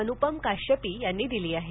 अन्पम काश्यपि यांनी दिली आहे